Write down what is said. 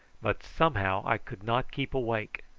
but somehow i could not keep awake,